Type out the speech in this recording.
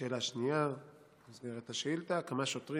שאלה שנייה במסגרת השאילתה: כמה שוטרים